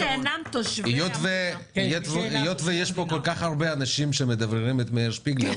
היות ויש פה כל כך הרבה אנשים שמדבררים את מאיר שפיגלר,